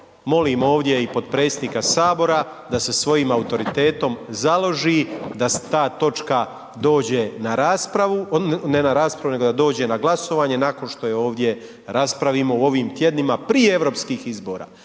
molim ovdje i potpredsjednika HS da se svojim autoritetom založi da se ta točka dođe na raspravu, ne na raspravu, nego da dođe na glasovanje nakon što je ovdje raspravimo u ovim tjednima prije europskih izbora.